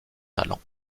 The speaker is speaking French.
talent